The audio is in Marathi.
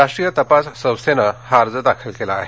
राष्ट्रीय तपास संस्थेनं हा अर्ज दाखल केला आहे